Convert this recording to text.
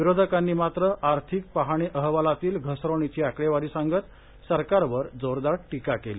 विरोधकांनी मात्र आर्थिक पाहणी अहवालातील घसरणीची आकडेवारी सांगत सरकारवर जोरदार टीका केली